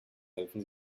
helfen